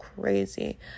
crazy